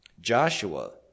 Joshua